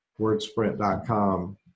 Wordsprint.com